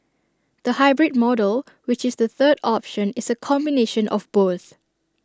the hybrid model which is the third option is A combination of both